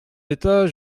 d’état